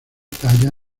talla